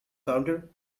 counter